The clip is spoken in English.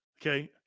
Okay